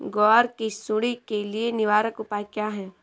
ग्वार की सुंडी के लिए निवारक उपाय क्या है?